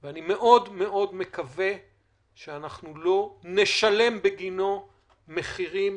ואני מקווה מאוד שאנחנו לא נשלם בגינו מחירים,